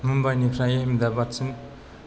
मुम्बाइ निफ्राय एमदाबादसिम रास्थानि ट्रेननि टिकेट बुक खालाम